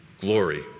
glory